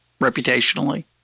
reputationally